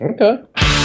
okay